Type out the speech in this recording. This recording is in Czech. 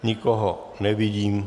Nikoho nevidím.